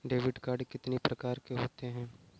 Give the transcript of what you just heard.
Debit card कितनी प्रकार के होते हैं?